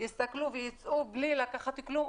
יסתכלו ויצאו בלי לקחת כלום,